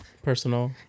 personal